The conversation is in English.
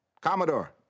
Commodore